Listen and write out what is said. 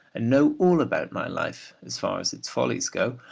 and know all about my life, as far as its follies go,